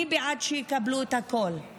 אני בעד שיקבלו את הכול,